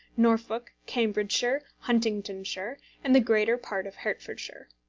norfolk, cambridgeshire, huntingdonshire, and the greater part of hertfordshire.